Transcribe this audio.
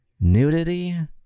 nudity